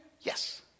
Yes